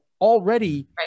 already